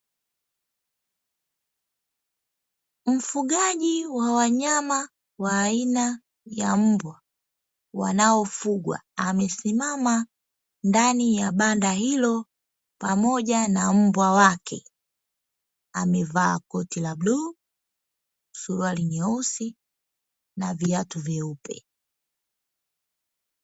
Mfugaji wa wanyama wa aina ya mbwa wanaofugwa amesimama ndani ya banda hilo pamoja na mbwa wake amevaa koti la bluu, suruali nyeusi na viatu vyeupe.